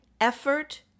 effort